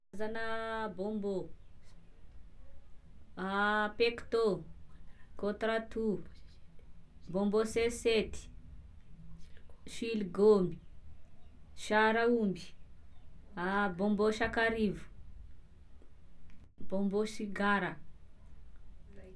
Karazana bombô: pecto, contra toux, bombô sesety, siligômy, saraomby, bombô sakarivo, bombô sigara